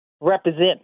represent